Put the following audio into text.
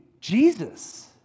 Jesus